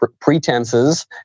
pretenses